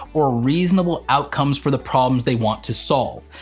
or reasonable outcomes for the problems they want to solve.